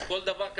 לכן,